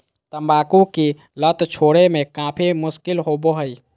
तंबाकू की लत छोड़े में काफी मुश्किल होबो हइ